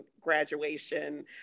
graduation